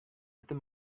itu